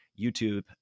YouTube